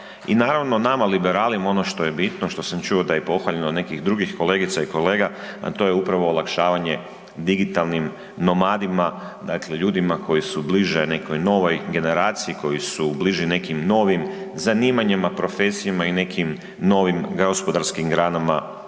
I naravno nama liberalima ono što je bitno što sam čuo da je pohvaljeno od nekih drugih kolegica i kolega, a to je upravo olakšavanje digitalnim nomadima, dakle ljudima koji su bliže nekoj novoj generaciji, koji su bliži nekim novim zanimanjima, zanimanjima, profesijama i nekim novim gospodarskim granama